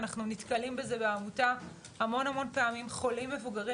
אנחנו נתקלים בעמותה המון המון פעמים בחולים מבוגרים